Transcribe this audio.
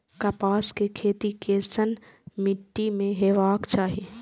कपास के खेती केसन मीट्टी में हेबाक चाही?